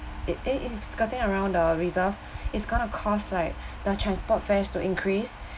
i~ if skirting around the reserve is gonna cost like the transport fares to increase